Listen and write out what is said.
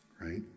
right